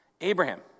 Abraham